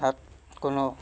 তাত কোনো